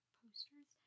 posters